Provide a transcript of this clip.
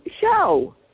show